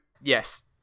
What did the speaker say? yes